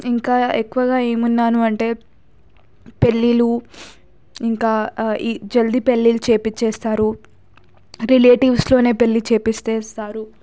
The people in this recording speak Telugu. ఇంకా ఎక్కువగా ఏమన్నాను అంటే పెళ్ళిళ్ళు ఇంకా ఈ జల్ది పెళ్ళిళ్ళు చేపిస్తారు రిలేటివ్స్లోనే పెళ్ళి చేపిస్తారు